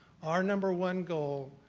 our number one goal,